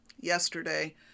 yesterday